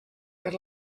per